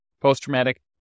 Post-traumatic